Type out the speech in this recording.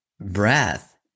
breath